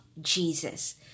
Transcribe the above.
Jesus